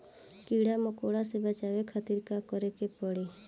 कीड़ा मकोड़ा से बचावे खातिर का करे के पड़ी?